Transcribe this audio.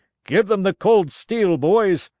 give them the cold steel, boys!